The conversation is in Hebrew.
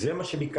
זה מה שביקשנו.